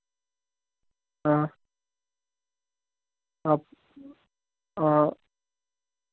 आं अं आं